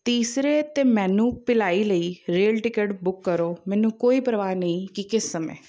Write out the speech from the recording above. ਤੀਸਰੇ 'ਤੇ ਮੈਨੂੰ ਭਿਲਾਈ ਲਈ ਰੇਲ ਟਿਕਟ ਬੁੱਕ ਕਰੋ ਮੈਨੂੰ ਕੋਈ ਪਰਵਾਹ ਨਹੀਂ ਕਿ ਕਿਸ ਸਮੇਂ